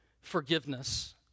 forgiveness